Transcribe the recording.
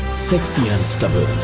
sexy and stubborn!